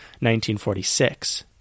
1946